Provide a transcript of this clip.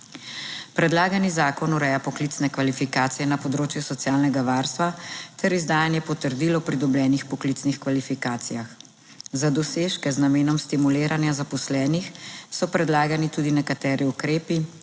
Predlagani zakon ureja poklicne kvalifikacije na področju socialnega varstva ter izdajanje potrdil o pridobljenih poklicnih kvalifikacijah. Za dosežke z namenom stimuliranja zaposlenih so predlagani tudi nekateri ukrepi,